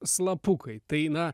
slapukai tai na